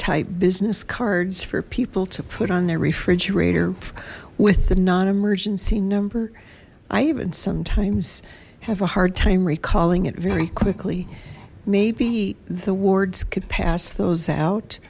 type business cards for people to put on their refrigerator with the non emergency number i even sometimes have a hard time recalling it very quickly maybe the wards could pass those out